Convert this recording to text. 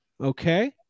Okay